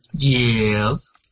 Yes